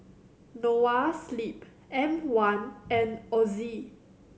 Noa Sleep M One and Ozi